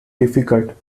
difficult